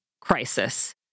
crisis